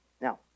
Now